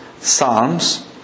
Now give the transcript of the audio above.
Psalms